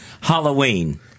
Halloween